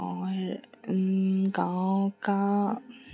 और गाँव का